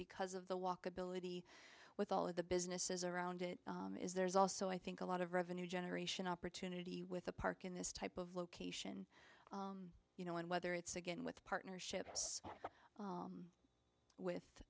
because of the walkability with all of the businesses around it is there's also i think a lot of revenue generation opportunity with a park in this type of location you know and whether it's again with partnerships with